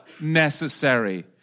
necessary